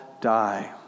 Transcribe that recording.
die